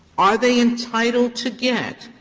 are they entitled to get